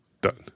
done